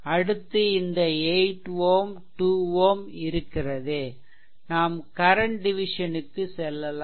அடுத்து இந்த 8 Ω 2 Ω இருக்கிறது நாம் கரன்ட் டிவிசன் க்கு செல்லலாம்